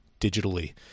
digitally